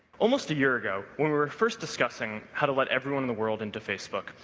almost a year ago, when we were first discussing how to let everyone in the world into facebook,